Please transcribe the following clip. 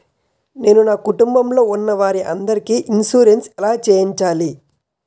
నేను నా కుటుంబం లొ ఉన్న వారి అందరికి ఇన్సురెన్స్ ఎలా చేయించాలి?